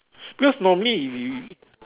because normally if you